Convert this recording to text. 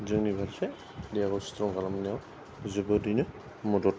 जोंनि फारसे देहाखौ स्ट्रं खालामनायाव जोबोदैनो मदद